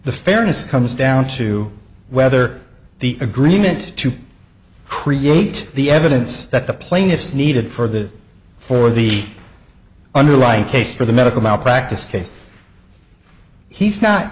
the fairness comes down to whether the agreement to create the evidence that the plaintiffs needed for the for the underlying case for the medical malpractise case he's not